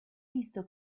visto